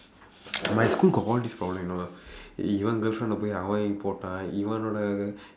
my school got all these problems you know இவன்:ivan girlfriendae போய் அவன் போட்டான் இவனோட:pooi avan pootdaan ivanooda